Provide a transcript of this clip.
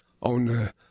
on